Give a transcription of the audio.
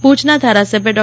ભુજના ધારાસભ્ય ડો